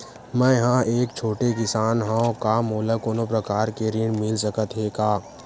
मै ह एक छोटे किसान हंव का मोला कोनो प्रकार के ऋण मिल सकत हे का?